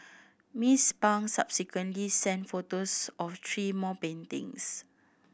Miss Pang subsequently sent photos of three more paintings